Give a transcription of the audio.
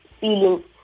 feelings